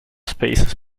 spaces